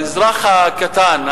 האזרח הקטן,